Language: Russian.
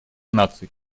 наций